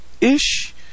Ish